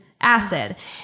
acid